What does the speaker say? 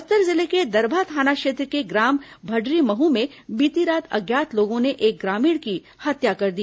बस्तर जिले के दरभा थाना क्षेत्र के ग्राम भडरीमहू में बीती रात अज्ञात लोगों ने एक ग्रामीण की हत्या कर दी